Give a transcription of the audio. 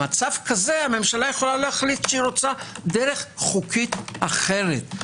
במצב כזה הממשלה יכולה להחליט שרוצה דרך חוקית אחרת,